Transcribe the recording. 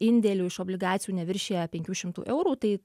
indėlių iš obligacijų neviršija penkių šimtų eurų tai